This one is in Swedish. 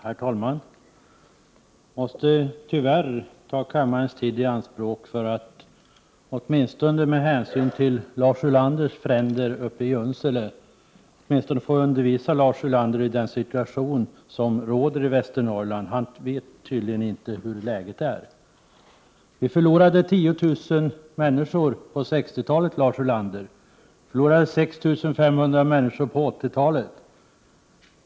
Herr talman! Jag måste tyvärr ta kammarens tid i anspråk för att, åtminstone med hänsyn till Lars Ulanders fränder uppe i Junsele, undervisa Lars Ulander om den situation som råder i Västernorrland, eftersom han tydligen inte vet hur läget är. Länet förlorade 10 000 människor på 60-talet och 6 500 på 80-talet.